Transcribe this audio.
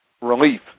relief